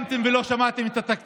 הרי בבוקר לא קמתם ולא שמעתם את התקציב.